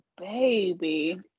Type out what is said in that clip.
baby